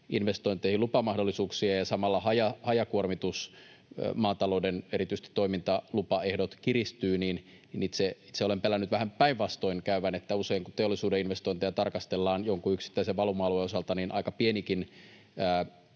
investointeihin lupamahdollisuuksia ja samalla hajakuormituksen osalta erityisesti maatalouden toimintalupaehdot kiristyvät, niin itse olen pelännyt vähän päinvastoin käyvän. Usein kun teollisuuden investointeja tarkastellaan jonkun yksittäisen valuma-alueen osalta, niin aika pienikin